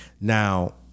Now